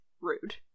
rude